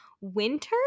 winter